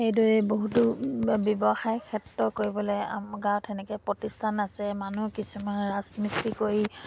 সেইদৰে বহুতো ব্যৱসায় ক্ষেত্ৰ কৰিবলৈ আমাৰ গাঁৱত সেনেকৈ প্ৰতিষ্ঠান আছে মানুহ কিছুমান ৰাজমিস্ত্ৰী কৰি